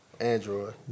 Android